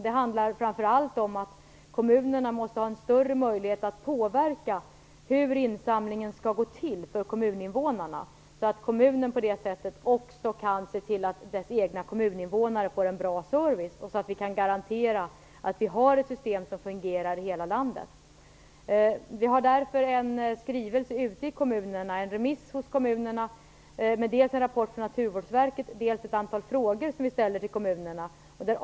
Det handlar framför allt om att kommunerna måste ha en större möjlighet att påverka hur insamlingen skall gå till för kommuninvånarna så att kommunen på det sättet kan se till att de egna kommuninvånarna får en bra service, så att vi kan garantera att vi har ett system som fungerar i hela landet. Vi har därför en skrivelse ute på remiss i kommunerna. Det är dels en rapport från Naturvårdsverket, dels ett antal frågor som vi ställer till kommunerna.